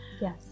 yes